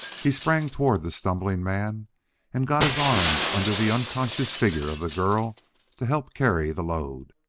he sprang toward the stumbling man and got his arms under the unconscious figure of the girl to help carry the load.